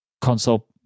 console